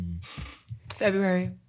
February